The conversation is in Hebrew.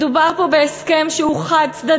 מדובר פה בהסכם שהוא חד-צדדי,